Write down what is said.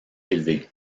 élevé